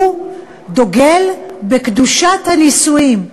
הוא דוגל בקדושת הנישואים,